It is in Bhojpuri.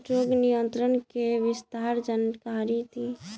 रोग नियंत्रण के विस्तार जानकारी दी?